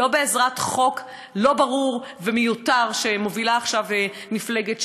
ולא בעזרת חוק לא ברור ומיותר שמובילה עכשיו מפלגת ש"ס,